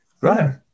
right